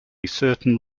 certain